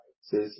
Says